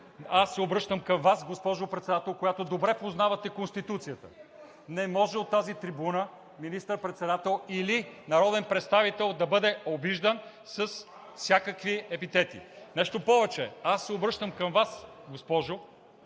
Аз се обръщам към Вас, госпожо Председател, която добре познавате Конституцията: не може от тази трибуна министър-председател или народен представител да бъде обиждан с всякакви епитети. Нещо повече, аз се обръщам към Вас, госпожо,